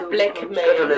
Blackmail